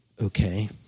okay